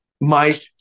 Mike